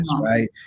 right